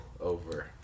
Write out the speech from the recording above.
over